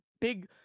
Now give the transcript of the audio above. big